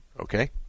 okay